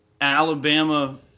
Alabama